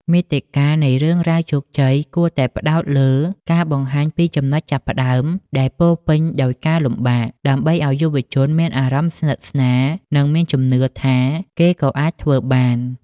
មាតិកានៃរឿងរ៉ាវជោគជ័យគួរតែផ្ដោតលើការបង្ហាញពីចំណុចចាប់ផ្ដើមដែលពោរពេញដោយការលំបាក ដើម្បីឱ្យយុវជនមានអារម្មណ៍ស្និទ្ធស្នាល និងមានជំនឿថាគេក៏អាចធ្វើបាន។